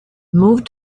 moved